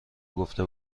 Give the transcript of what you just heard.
گفته